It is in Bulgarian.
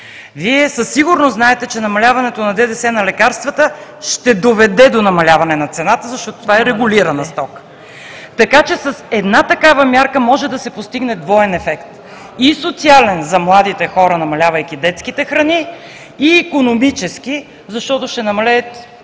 Вие със сигурност знаете, че намаляването на ДДС на лекарствата ще доведе до намаляване на цената, защото това е регулирана стока, така че с една такава мярка може да се постигне двоен ефект: и социален за младите хора, намалявайки детските храни, и икономически, защото ще намалеят